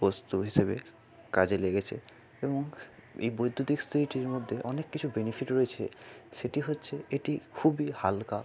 বস্তু হিসেবে কাজে লেগেছে এবং এই বৈদ্যুতিক ইস্তিরিটির মধ্যে অনেক কিছু বেনিফিট রয়েছে সেটি হচ্ছে এটি খুবই হালকা